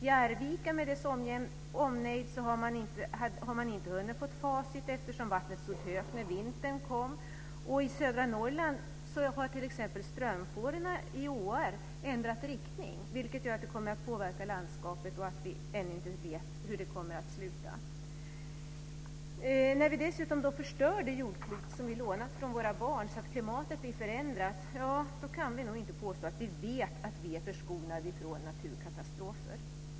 I Arvika med dess omnejd har man inte hunnit få facit ännu, eftersom vattnet stod högt när vintern kom. Och i södra Norrland har t.ex. strömfåror i åar ändrat riktning, vilket kommer att påverka landskapet, och vi vet ännu inte hur det kommer att sluta. När vi dessutom förstör det jordklot som vi lånat från våra barn, så att klimatet blir förändrat, då kan vi nog inte påstå att vi vet att vi är förskonade från naturkatastrofer.